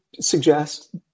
suggest